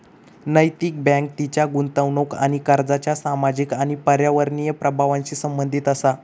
नैतिक बँक तिच्या गुंतवणूक आणि कर्जाच्या सामाजिक आणि पर्यावरणीय प्रभावांशी संबंधित असा